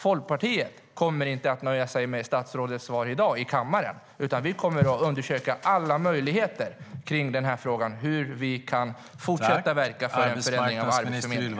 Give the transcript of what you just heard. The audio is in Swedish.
Folkpartiet kommer inte att nöja sig med statsrådets svar i kammaren i dag, utan vi kommer att undersöka alla möjligheter kring hur vi kan fortsätta att verka för en förändring av Arbetsförmedlingen.